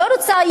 לא רוצה,